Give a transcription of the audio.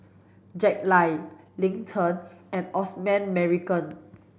Jack Lai Lin Chen and Osman Merican